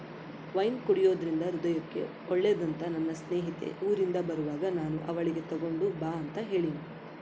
wine ಕುಡೆದ್ರಿಂದ ಹೃದಯಕ್ಕೆ ಒಳ್ಳೆದಂತ ನನ್ನ ಸ್ನೇಹಿತೆ ಊರಿಂದ ಬರುವಾಗ ನಾನು ಅವಳಿಗೆ ತಗೊಂಡು ಬಾ ಅಂತ ಹೇಳಿನಿ